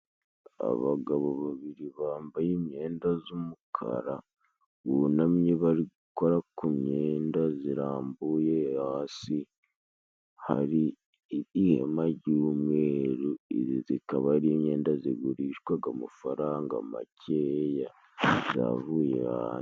Abagabo babiri bambaye imyenda z'umukara bunamye bari gukora ku myenda zirambuye hasi, hari ihema jy'umweru izi zikaba ari imyenda zigurishwaga amafaranga makeya zavuye hanze.